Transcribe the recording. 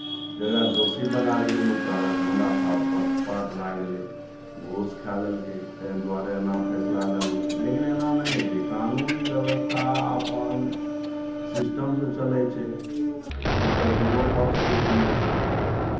जकरा दोषी बनायल गेल ओ कहलक हमरा साथ पक्षपात भए गेलै घूस खाए लेलकै तैँ दुआरे एना फैसला लए लेलकै लेकिन एना नहि होइ छै कानून व्यवस्था अपन सिस्टमसँ चलै छै ओ तऽ दुनू पक्षके सुनै छै